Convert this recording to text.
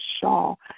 shawl